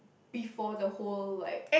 before the whole like